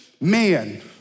man